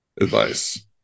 advice